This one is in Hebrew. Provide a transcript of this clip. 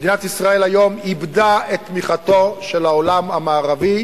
מדינת ישראל היום איבדה את תמיכתו של העולם המערבי.